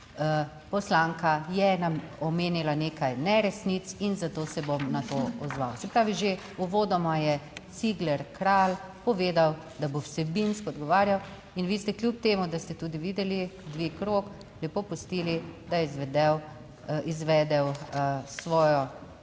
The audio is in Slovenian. poslanka je nam omenila nekaj neresnic in zato se bom na to odzval. Se pravi, že uvodoma je Cigler Kralj povedal, da bo vsebinsko odgovarjal in vi ste kljub temu, da ste tudi videli dvig rok, lepo pustili, da je izvedel svojo